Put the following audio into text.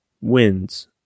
wins